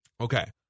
Okay